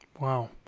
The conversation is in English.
Wow